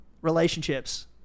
relationships